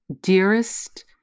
dearest